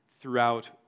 throughout